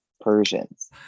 Persians